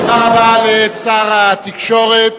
תודה רבה לשר התקשורת,